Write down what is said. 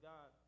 God